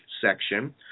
section